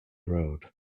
road